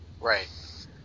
Right